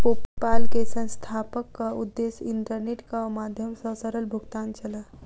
PayPal के संस्थापकक उद्देश्य इंटरनेटक माध्यम सॅ सरल भुगतान छल